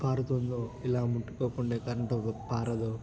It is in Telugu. పాకుతుంది ఇలా ముట్టుకోకుండా కరెంటు పాకదు